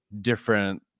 different